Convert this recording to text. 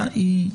עכשיו.